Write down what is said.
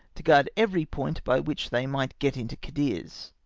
to guard every point by which they might get into cadiz.